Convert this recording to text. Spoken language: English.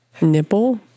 nipple